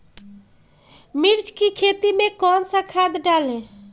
मिर्च की खेती में कौन सा खाद डालें?